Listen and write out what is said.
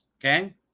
okay